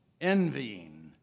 envying